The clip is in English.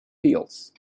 heels